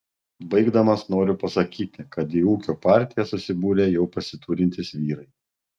baigdamas noriu pasakyti kad į ūkio partiją susibūrė jau pasiturintys vyrai